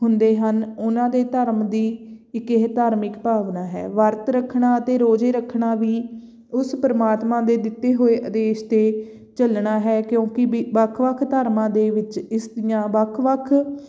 ਹੁੰਦੇ ਹਨ ਉਹਨਾਂ ਦੇ ਧਰਮ ਦੀ ਇੱਕ ਇਹ ਧਾਰਮਿਕ ਭਾਵਨਾ ਹੈ ਵਰਤ ਰੱਖਣਾ ਅਤੇ ਰੋਜ਼ੇ ਰੱਖਣਾ ਵੀ ਉਸ ਪਰਮਾਤਮਾ ਦੇ ਦਿੱਤੇ ਹੋਏ ਆਦੇਸ਼ 'ਤੇ ਚੱਲਣਾ ਹੈ ਕਿਉਂਕਿ ਬੀ ਵੱਖ ਵੱਖ ਧਰਮਾਂ ਦੇ ਵਿੱਚ ਇਸਦੀਆਂ ਵੱਖ ਵੱਖ